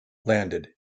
landed